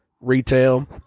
retail